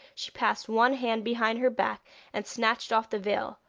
she passed one hand behind her back and snatched off the veil,